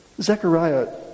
Zechariah